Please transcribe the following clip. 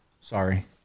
Sorry